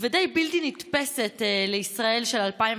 ודי בלתי נתפסת לישראל של 2020,